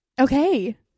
Okay